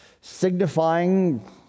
signifying